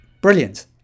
brilliant